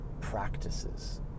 Practices